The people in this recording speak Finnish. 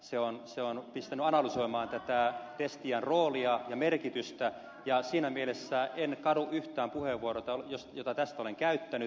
se on pistänyt analysoimaan destian roolia ja merkitystä ja siinä mielessä en kadu yhtään puheenvuoroa jota tästä olen käyttänyt